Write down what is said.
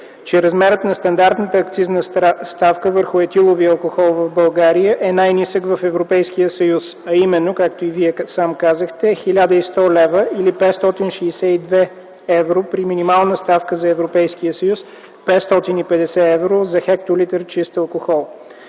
че размерът на стандартната акцизна ставка върху етиловия алкохол в България е най-нисък в Европейския съюз, а именно, както Вие сам казахте 1100 лв. или 562 евро – при минимална ставка за Европейския съюз 550 евро за хектолитър чист алкохол.